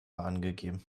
angegeben